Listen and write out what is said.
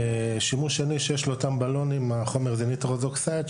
שימוש שני שיש לאותם הבלונים החומר הוא Nitrous oxide,